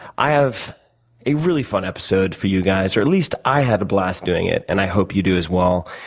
i have a really fun episode for you guys. at least i had a blast doing it, and i hope you do as well.